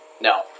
No